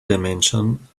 dimension